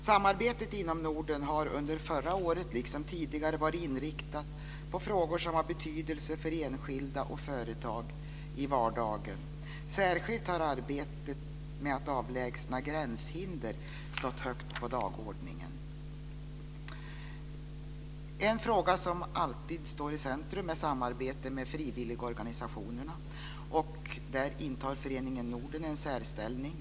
Samarbetet inom Norden har under förra året, liksom tidigare, varit inriktat på frågor som har betydelse för enskilda och företag i vardagen. Särskilt har arbetet med att avlägsna gränshinder stått högt på dagordningen. En fråga som alltid står i centrum är samarbete med frivilligorganisationerna, och där intar Föreningen Norden en särställning.